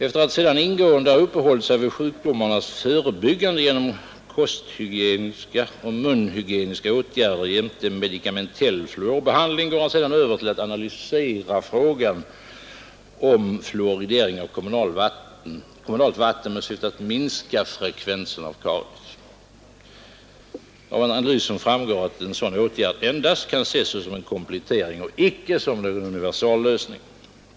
Efter att sedan ingående ha uppehållit sig vid sjukdomarnas förebyggande genom kosthygieniska och munhygieniska åtgärder jämte medikamentell fluorbehandling går han sedan över till att analysera frågan om fluoridering av kommunalt vatten med syfte att minska frekvensen av karies. Av analysen framgår att en sådan åtgärd endast kan anses som en komplettering och icke som någon universallösning.